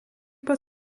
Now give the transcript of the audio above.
pat